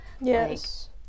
Yes